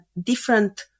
different